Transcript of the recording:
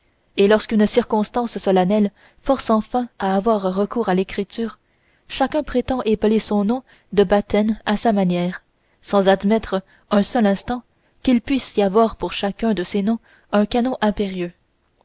et lorsqu'une circonstance solennelle force enfin à avoir recours à l'écriture chacun prétend épeler son nom de baptême à sa manière sans admettre un seul instant qu'il puisse y avoir pour chacun de ces noms un canon impérieux